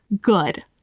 good